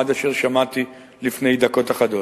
עד אשר שמעתי לפני דקות אחדות,